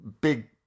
Big